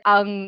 Ang